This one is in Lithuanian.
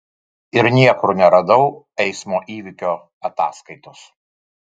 ir niekur neradau eismo įvykio ataskaitos